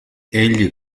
egli